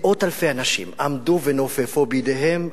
מאות אלפי אנשים עמדו ונופפו בידיהם,